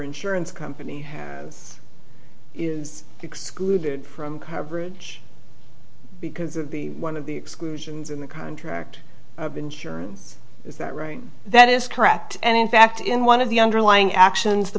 insurance company is excluded from coverage because of the one of the exclusions in the contract of insurance is that right that is correct and in fact in one of the underlying actions the